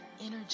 energy